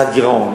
יעד גירעון,